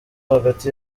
hagati